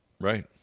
Right